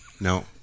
No